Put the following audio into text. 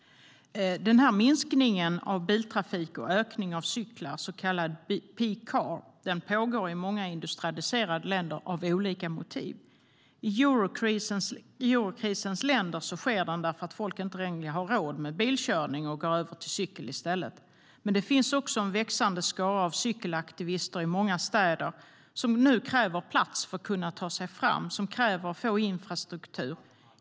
Minskningen av biltrafik och ökningen av cyklar - det som kallas peak car - pågår i många industrialiserade länder av olika motiv. I eurokrisens länder sker detta eftersom folk inte längre har råd med bilkörning. De går över till cykel i stället. Men det finns också en växande skara av cykelaktivister i många städer som nu kräver plats för att kunna ta sig fram. De kräver att få infrastruktur.